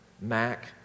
Mac